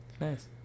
Nice